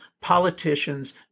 politicians